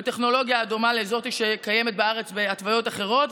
בטכנולוגיה הדומה לזאת שקיימת בארץ בהתוויות אחרות,